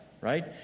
right